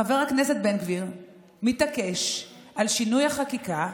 חבר הכנסת בן גביר מתעקש על שינוי החקיקה,